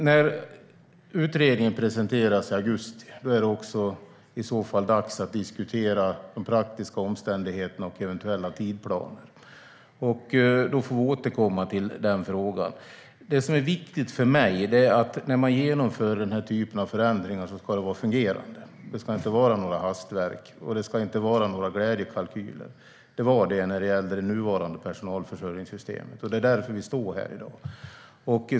När utredningen presenteras i augusti är det i så fall dags att diskutera de praktiska omständigheterna och eventuella tidsplaner. Då får vi återkomma till den frågan. Viktigt för mig är att när man genomför den här typen av förändringar ska det fungera - det ska inte vara några hastverk, och det ska inte vara några glädjekalkyler. Det var det när det gällde det nuvarande personalförsörjningssystemet, och det är därför vi står här i dag.